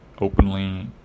openly